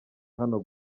hano